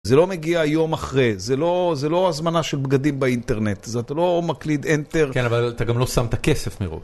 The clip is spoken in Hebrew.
זה לא מגיע יום אחרי, זה לא הזמנה של בגדים באינטרנט, זה אתה לא מקליד Enter. כן, אבל אתה גם לא שם את הכסף מראש.